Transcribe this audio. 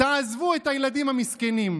תעזבו את הילדים המסכנים.